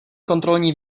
kontrolní